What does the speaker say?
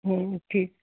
ਠੀਕ